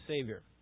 Savior